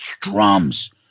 drums